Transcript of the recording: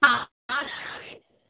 ആ ആ